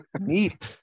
meat